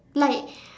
like